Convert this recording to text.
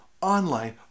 online